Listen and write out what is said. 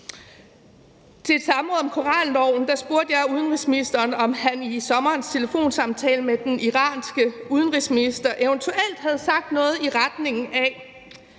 Til et samråd om koranloven spurgte jeg udenrigsministeren, om han i sommerens telefonsamtale med den iranske udenrigsminister eventuelt havde sagt noget i retning af: